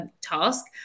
task